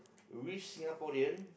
which Singaporean